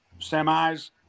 semis